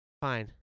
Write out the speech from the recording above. Fine